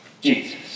Jesus